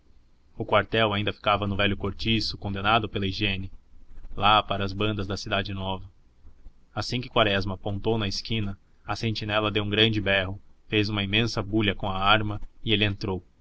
o quartel ainda ficava no velho cortiço condenado pela higiene lá para as bandas da cidade nova assim que quaresma apontou na esquina a sentinela deu um grande berro fez uma imensa bulha com a arma e ele entrou